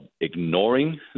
ignoring